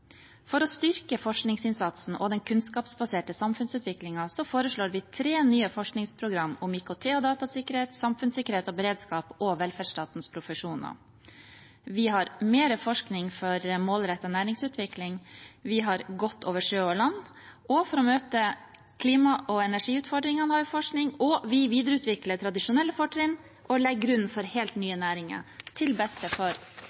For å styrke forskningsinnsatsen og den kunnskapsbaserte samfunnsutviklingen foreslår vi tre nye forskningsprogram om IKT og datasikkerhet, samfunnssikkerhet og beredskap og velferdsstatens profesjoner. Vi har mer forskning for målrettet næringsutvikling. Vi har gått over sjø og land, vi har forskning for å møte klima- og energiutfordringene, og vi videreutvikler tradisjonelle fortrinn og legger grunnen for helt nye næringer – til beste for